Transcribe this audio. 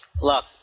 Look